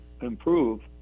improve